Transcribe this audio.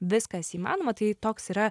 viskas įmanoma tai toks yra